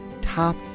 top